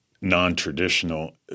non-traditional